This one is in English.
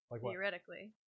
theoretically